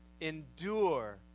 endure